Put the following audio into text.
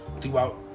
throughout